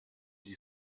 die